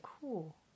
cool